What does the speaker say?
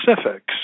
specifics